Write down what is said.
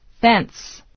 fence